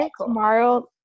tomorrow